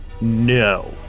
No